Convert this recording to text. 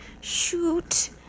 shoot